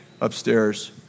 upstairs